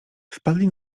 wpadli